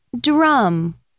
drum